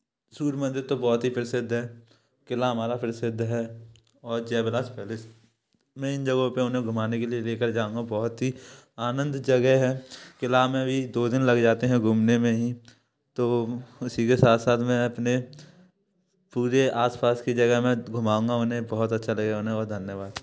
सूर्य मंदिर तो बहुत ही प्रसिद्ध है किला हमारा प्रसिद्ध है और जयविलास पैलेस मैं इन जगहों पर उन्हें घुमाने के लिए लेकर जाऊँगा बहुत ही आनंद जगह है किला में भी दो दिन लग जाते हैं घूमने में ही तो उसी के साथ साथ मैं अपने पूरे आसपास की जगह में घुमाऊँगा उन्हें बहुत अच्छा लगेगा उन्हें और धन्यवाद